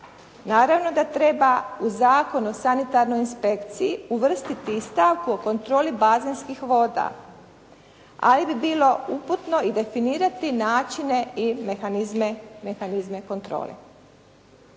Naravno da treba u Zakon o sanitarnoj inspekciji uvrstiti i stavku o kontroli bazenskih voda. Ali bi bilo uputno i definirati načine i mehanizme kontrole.